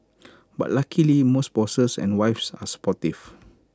but luckily most bosses and wives are supportive